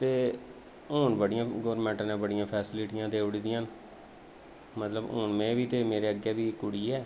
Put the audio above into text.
ते हुन बड़ियां गौरमेंट नै बड़ियां फैसिलिटियां देई ओड़ी दियां न मतलब हुन में बी मेरे अग्गें बी इक कुड़ी ऐ